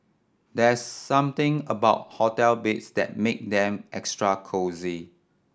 there's something about hotel beds that make them extra cosy